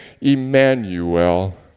Emmanuel